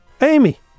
Amy